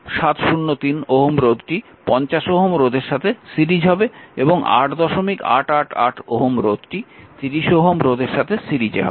3703 Ω রোধটি 50 Ω রোধের সাথে সিরিজ হবে এবং 8888 Ω রোধটি 30 Ω রোধের সাথে সিরিজ হবে